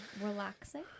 relaxing